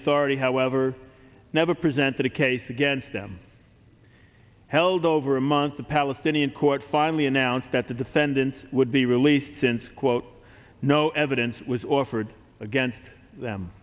authority however never presented a case against them held over a month the palestinian court finally announced that the defendants would be released since quote no evidence was offered against them